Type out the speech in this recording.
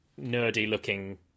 nerdy-looking